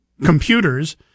computers